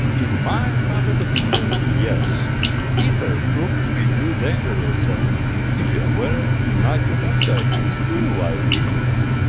and in my puppet opinion yes ether proved to be too dangerous as an anesthesia, whereas nitrous oxide is still widely used.